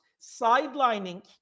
sidelining